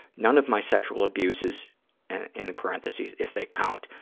none of my sexual abuses, and in parentheses, if they count,